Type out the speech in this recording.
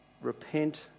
Repent